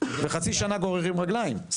וחצי שנה גוררים רגליים,